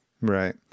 Right